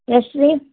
ಎಷ್ಟು ರೀ